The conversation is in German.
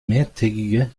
mehrtägige